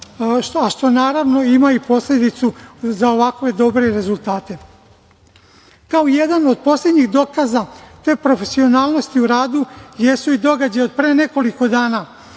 a što naravno ima i posledicu za ovako dobre rezultate. Kao jedan od poslednjih dokaza te profesionalnosti u radi, jesu i događaji od pre nekoliko dana